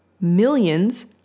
millions